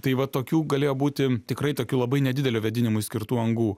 tai va tokių galėjo būti tikrai tokių labai nedidelių vėdinimui skirtų angų